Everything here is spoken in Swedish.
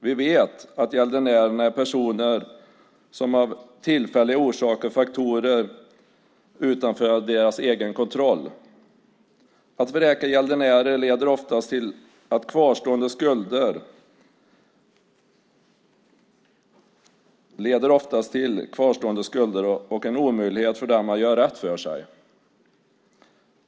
Vi vet att gäldenärerna är personer som drabbats av tillfälliga orsaker, faktorer utanför deras egen kontroll. Att vräka gäldenärer leder oftast till kvarstående skulder och en omöjlighet för dem att göra rätt för sig.